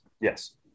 yes